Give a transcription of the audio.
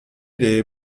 les